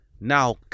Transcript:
now